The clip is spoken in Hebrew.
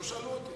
לא שאלו אותי.